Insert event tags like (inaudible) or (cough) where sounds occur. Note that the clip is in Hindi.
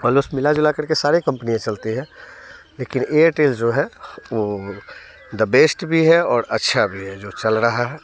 (unintelligible) मिला जुलाकर के सारी कंपनियाँ चलती है लेकिन एयटेज़ जो है वो द बेस्ट भी है और अच्छा भी है जो चल रहा है